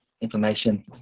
information